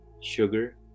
sugar